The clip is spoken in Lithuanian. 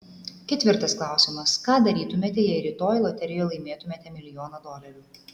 ketvirtas klausimas ką darytumėte jei rytoj loterijoje laimėtumėte milijoną dolerių